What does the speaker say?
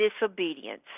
disobedience